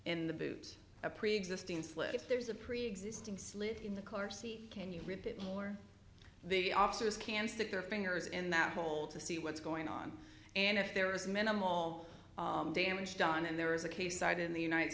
in the boot a preexisting slip if there's a preexisting slip in the car seat can you repeat it more the officers can stick their fingers in that hole to see what's going on and if there is minimal damage done and there is a case cited in the united